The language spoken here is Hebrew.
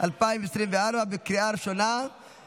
אבל זה יהיה אחרי ההצבעה.